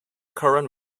current